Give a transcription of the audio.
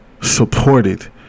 supported